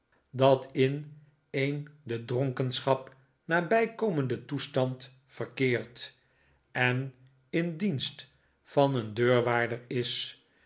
dat in een de dronkenschap nabij komenden toestand verkeert david copperfield en in dienst van een deurwaarder is